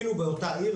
אפילו באותה עיר,